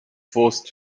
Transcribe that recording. forced